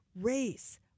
race